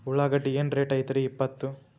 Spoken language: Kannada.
ಉಳ್ಳಾಗಡ್ಡಿ ಏನ್ ರೇಟ್ ಐತ್ರೇ ಇಪ್ಪತ್ತು?